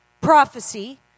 prophecy